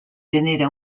genera